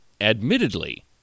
Admittedly